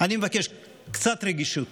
אני מבקש קצת רגישות